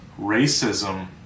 racism